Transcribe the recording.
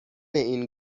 این